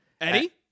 Eddie